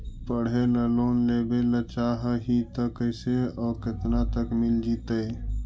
पढ़े ल लोन लेबे ल चाह ही त कैसे औ केतना तक मिल जितै?